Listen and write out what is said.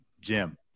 Jim